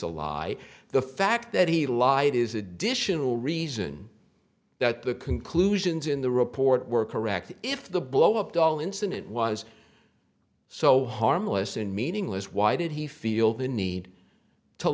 lie the fact that he lied is additional reason that the conclusions in the report were correct if the blow up doll incident was so harmless and meaningless why did he feel the need to